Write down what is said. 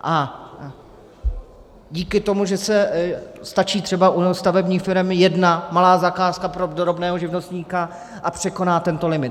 A díky tomu stačí třeba u stavebních firem jedna malá zakázka pro drobného živnostníka a překoná tento limit.